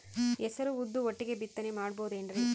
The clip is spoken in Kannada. ಹೆಸರು ಉದ್ದು ಒಟ್ಟಿಗೆ ಬಿತ್ತನೆ ಮಾಡಬೋದೇನ್ರಿ?